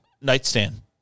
nightstand